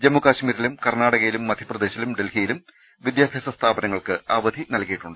ജമ്മു കശ്മീരിലും കർണാടകയിലും മധ്യപ്രദേശിലും ഡൽഹിയിലും വിദ്യാഭ്യാസ സ്ഥാപനങ്ങൾക്ക് അവധി നൽകിയിട്ടുണ്ട്